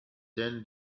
ten